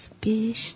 speech